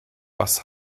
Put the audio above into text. was